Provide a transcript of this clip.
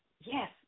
yes